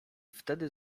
wtedy